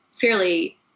fairly